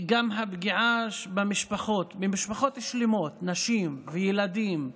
נפגעות משפחות שלמות, נשים וילדים,